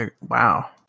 Wow